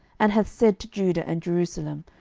and hath said to judah and jerusalem,